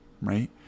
right